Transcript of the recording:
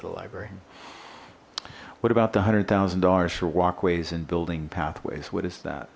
for the library what about the hundred thousand dollars for walkways and building pathways what is that